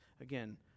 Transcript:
Again